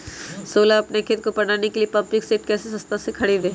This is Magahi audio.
सोलह अपना खेत को पटाने के लिए पम्पिंग सेट कैसे सस्ता मे खरीद सके?